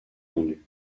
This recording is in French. vendus